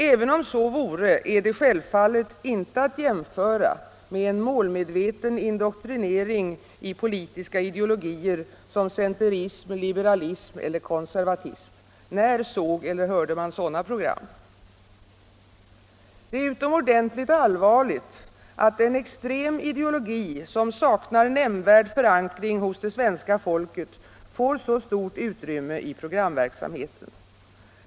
Även om så vore, är det självfallet inte att jämföra med en målmedveten indoktrinering i politiska ideologier som centerism, liberalism eller konservatism. När såg eller hörde man sådana program? Det är utomordentligt allvarligt att en extrem ideologi som saknar nämnvärd förankring hos det svenska folket får så stort utrymme i programverksamheten.